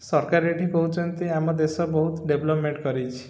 ସରକାର ଏଠି କହୁଛନ୍ତି ଆମ ଦେଶ ବହୁତ ଡେଭଲପମେଣ୍ଟ କରିଛି